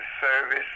service